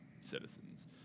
citizens